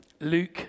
Luke